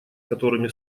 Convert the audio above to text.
которыми